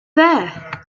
there